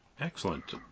Excellent